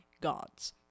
gods